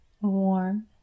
warm